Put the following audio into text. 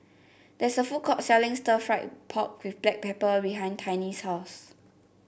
there is a food court selling Stir Fried Pork with Black Pepper behind Tiny's house